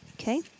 Okay